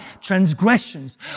transgressions